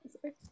sorry